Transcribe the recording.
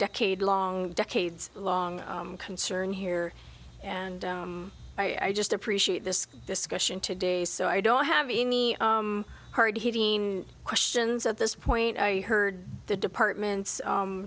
decade long decades long concern here and i just appreciate this discussion today so i don't have any hard hitting questions at this point i heard the department's